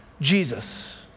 Jesus